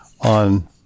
on